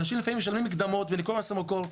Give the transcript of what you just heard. אנשים לפעמים משלמים מקדמות וניכוי מס במקור.